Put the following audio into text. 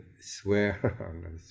swear